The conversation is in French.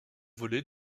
volé